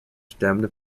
stemmed